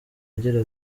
agira